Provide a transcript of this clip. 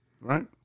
right